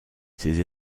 ses